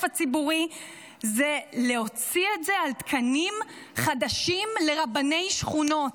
הציבורי זה להוציא את זה על תקנים חדשים לרבני שכונות.